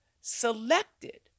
selected